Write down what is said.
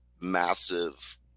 massive